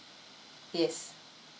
yes